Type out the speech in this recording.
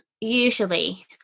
usually